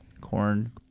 corn